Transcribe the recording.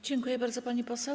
Dziękuję bardzo, pani poseł.